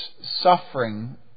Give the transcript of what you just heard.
suffering